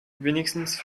wenigstens